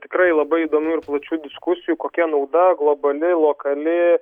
tikrai labai įdomių ir plačių diskusijų kokia nauda globali lokali